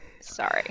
Sorry